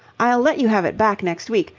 i'll let you have it back next week.